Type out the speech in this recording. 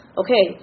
okay